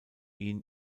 ihn